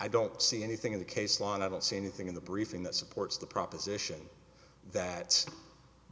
i don't see anything in the case law and i don't see anything in the briefing that supports the proposition that